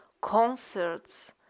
concerts